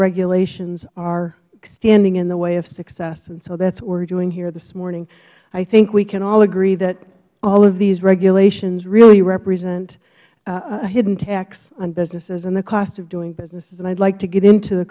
regulations are standing in the way of success and so that is what we are doing here this morning i think we can all agree that all of these regulations really represent a hidden tax on businesses and the cost of doing business and i would like to get into the